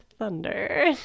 thunder